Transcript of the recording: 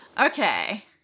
Okay